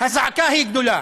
הזעקה היא גדולה.